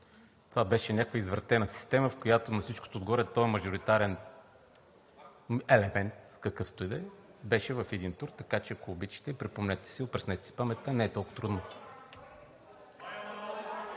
Това беше някаква извратена система, в която на всичкото отгоре този мажоритарен елемент, какъвто и да е, беше в един тур. Така че, ако обичате, припомнете си, опреснете си паметта, не е толкова трудно.